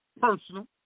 personal